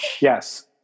yes